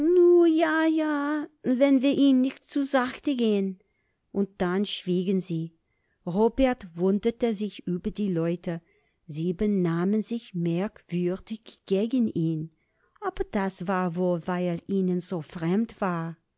ja ja wenn wir ihn'n nich zu sachte gehn und dann schwiegen sie robert wunderte sich über die leute sie benahmen sich merkwürdig gegen ihn aber das war wohl weil er ihnen so fremd war